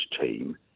team